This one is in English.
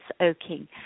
oaking